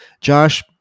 josh